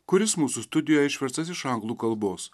kuris mūsų studijoje išverstas iš anglų kalbos